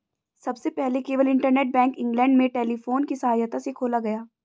सबसे पहले केवल इंटरनेट बैंक इंग्लैंड में टेलीफोन की सहायता से खोला गया